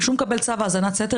כשהוא מקבל צו האזנת סתר,